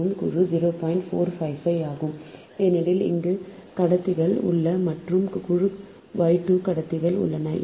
455 ஆகும் ஏனெனில் இங்கு 3 கடத்திகள் உள்ளன மற்றும் குழு y 2 கடத்திகள் உள்ளன